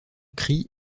crie